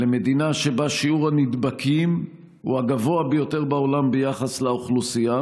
למדינה שבה שיעור הנדבקים הוא הגבוה היותר בעולם ביחס לאוכלוסייה